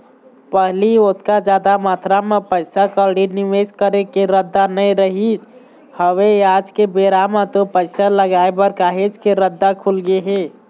पहिली ओतका जादा मातरा म पइसा कउड़ी निवेस करे के रद्दा नइ रहिस हवय आज के बेरा म तो पइसा लगाय बर काहेच के रद्दा खुलगे हे